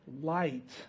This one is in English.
light